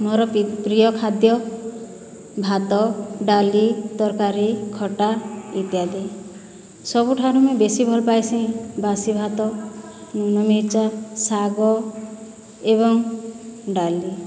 ମୋର ପ୍ରିୟ ଖାଦ୍ୟ ଭାତ ଡାଲି ତରକାରୀ ଖଟା ଇତ୍ୟାଦି ସବୁଠାରୁ ମୁଇଁ ବେଶୀ ଭଲ ପାଏସିଁ ବାସି ଭାତ ଲୁନ୍ ମିରଚା ଶାଗ ଏବଂ ଡାଲି